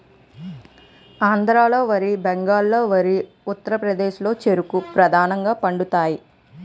ఆంధ్రాలో వరి బెంగాల్లో వరి ఉత్తరప్రదేశ్లో చెరుకు ప్రధానంగా పండుతాయి